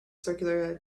circular